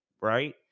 Right